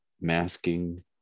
masking